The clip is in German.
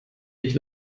nicht